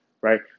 Right